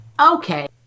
Okay